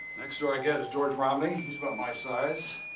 next door i get is george romney. he's about my size.